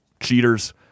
Cheaters